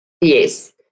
Yes